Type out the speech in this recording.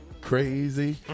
Crazy